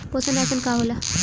पोषण राशन का होला?